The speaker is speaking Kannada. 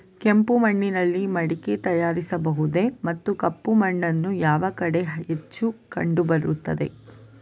ಕೆಂಪು ಮಣ್ಣಿನಲ್ಲಿ ಮಡಿಕೆ ತಯಾರಿಸಬಹುದೇ ಮತ್ತು ಕಪ್ಪು ಮಣ್ಣು ಯಾವ ಕಡೆ ಹೆಚ್ಚು ಕಂಡುಬರುತ್ತದೆ?